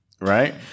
right